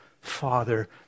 father